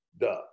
duh